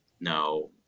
no